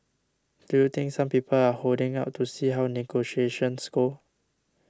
do you think some people are holding out to see how negotiations go